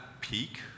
peak